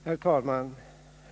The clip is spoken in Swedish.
Herr talman!